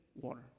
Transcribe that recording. water